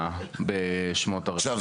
אנחנו נתייחס לזה בהמשך.